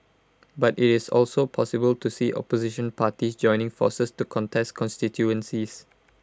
but IT is also possible to see opposition parties joining forces to contest constituencies